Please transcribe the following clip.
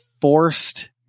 forced